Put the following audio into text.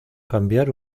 cambiar